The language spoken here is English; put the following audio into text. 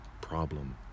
problem